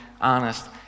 honest